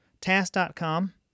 task.com